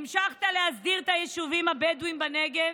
המשכת להסדיר את היישובים הבדואיים בנגב